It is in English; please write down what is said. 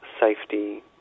safety